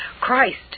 Christ